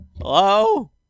Hello